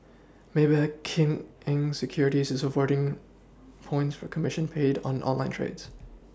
Maybank Kim Eng Securities is awarding points for commission paid on online trades